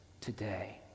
today